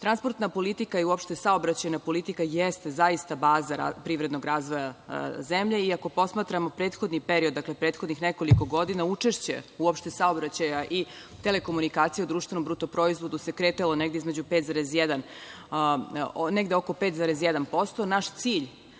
transportu. Transportna politika i uopšte saobraćajna politika jeste zaista baza privrednog razvoja zemlje i ako posmatramo prethodni period, prethodnih nekoliko godina, učešće uopšte saobraćaja i telekomunikacija u društvenom bruto proizvodu se kretao negde oko 5,1%. Naš cilj